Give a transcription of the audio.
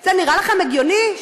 זה נראה לכם הגיוני?